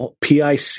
PIC